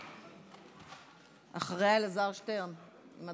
אחריה, אלעזר שטרן, אם